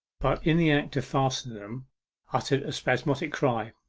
but in the act of fastening them uttered a spasmodic cry.